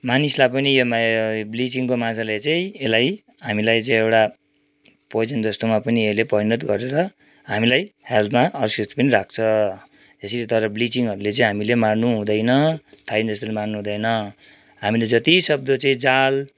मानिसलाई पनि यो ब्लिचिङको माछाले चाहिँ यसलाई हामीलाई चाहिँ एउटा पोइजन जस्तोमा पनि यसले परिणत गरेर हामीलाई हेल्थमा अस्वस्थ्य पनि राख्छ यसरी तर ब्लिचिङहरूले चाहिँ हामीले मार्नु हुँदैन थाइडिन जस्तोले मार्नु हुँदैन हामीले जति सक्दो चाहिँ जाल